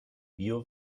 bio